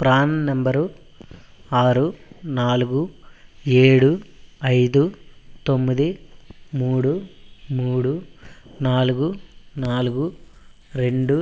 PRAN number ఆరు నాలుగు ఏడు ఐదు తొమ్మిది మూడు మూడు నాలుగు నాలుగు రెండు